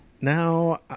Now